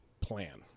plan